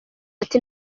ati